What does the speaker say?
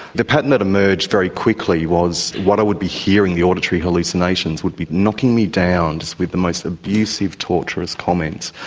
the pattern that emerged very quickly was what i would be hearing, the auditory hallucinations, would be knocking me down just with the most abusive, torturous comments,